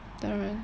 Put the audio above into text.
当然